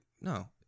no